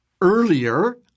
earlier